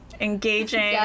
Engaging